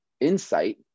insight